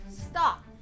Stop